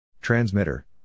Transmitter